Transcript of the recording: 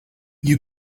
you